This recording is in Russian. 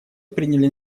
приняли